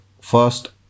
first